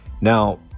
Now